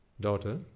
Daughter